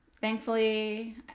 thankfully